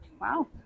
Wow